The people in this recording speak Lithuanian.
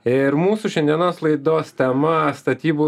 ir mūsų šiandienos laidos tema statybų